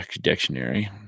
dictionary